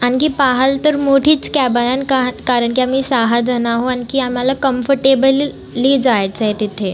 आणखी पहाल तर मोठीच कॅब आणा कारण की आम्ही सहा जण आहो आणखी आम्हाला कम्फर्टेबल ली जायचंय तिथे